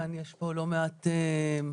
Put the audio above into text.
יש פה לא מעט הורים,